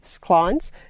clients